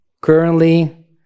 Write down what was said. currently